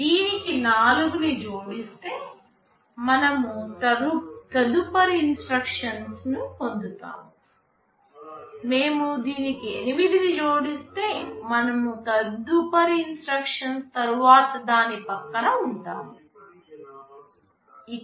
దీనికి 4 ని జోడిస్తే మనము తదుపరి ఇన్స్ట్రక్షన్స్ పొందుతాము మేము దీనికి 8 ని జోడిస్తే మనం తదుపరి ఇన్స్ట్రక్షన్ తరువాత దాని పక్కన ఉంటాము